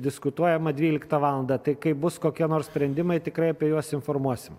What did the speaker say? diskutuojama dvyliktą valandą tai kai bus kokie nors sprendimai tikrai apie juos informuosim